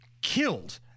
killed